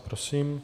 Prosím.